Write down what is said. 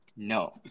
No